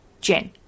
Jen